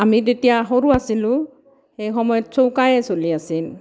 আমি তেতিয়া সৰু আছিলোঁ সেইসময়ত চৌকাই চলি আছিল